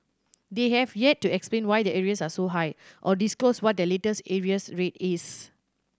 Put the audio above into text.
they have yet to explain why their arrears are so high or disclose what their latest arrears rate is